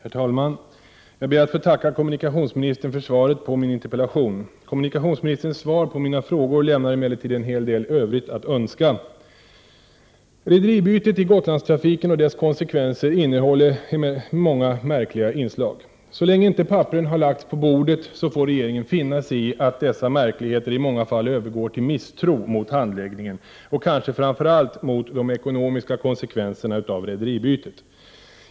Herr talman! Jag ber att få tacka kommunikationsminstern för svaret på min interpellation. Kommunikationsministerns svar på mina frågor lämnar emellertid en hel del övrigt att önska. Rederibytet i Gotlandstrafiken och dess konsekvenser innehåller många märkliga inslag. Så länge inte papperen har lagts på bordet får regeringen finna sig i att dessa märkligheter i många fall övergår till misstro mot handläggningen och kanske framför allt mot de ekonomiska konsekvenserna av rederibytet.